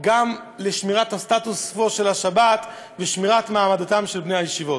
לשמירת הסטטוס-קוו של השבת ולשמירת מעמדם של בני הישיבות.